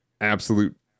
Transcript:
absolute